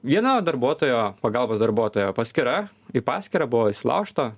vieno darbuotojo pagalbos darbuotojo paskyra į paskyrą buvo įsilaužta